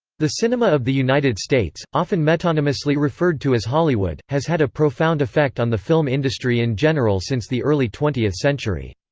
the cinema of the united states, often metonymously referred to as hollywood, has had a profound effect on the film industry in general since the early twentieth century.